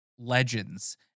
legends